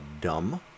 dumb